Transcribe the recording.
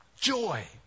Joy